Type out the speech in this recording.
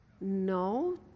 No